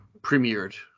premiered